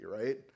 right